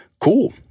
Cool